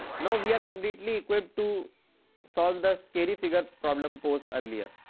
now we are completely equipped to solve the scary-figure problem posed earlier.